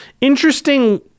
Interesting